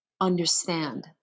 understand